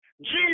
Jesus